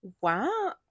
Wow